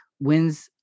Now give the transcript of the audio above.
wins